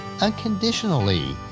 unconditionally